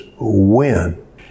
win